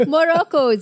Morocco